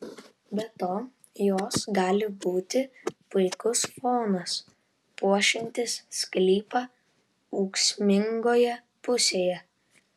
be to jos gali būti puikus fonas puošiantis sklypą ūksmingoje pusėje